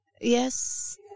Yes